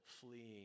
fleeing